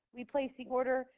we place the order.